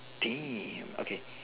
damn okay